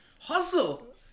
Hustle